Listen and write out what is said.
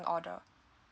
order